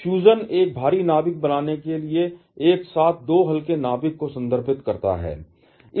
fusion एक भारी नाभिक बनाने के लिए एक साथ 2 हल्के नाभिक को संदर्भित करता है